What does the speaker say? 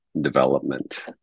development